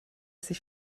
sich